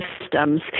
systems